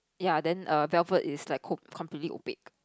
ya then err Velvet is like co~ completely opaque